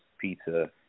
pizza